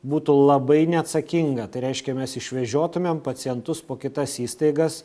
būtų labai neatsakinga tai reiškia mes išvežiotumėm pacientus po kitas įstaigas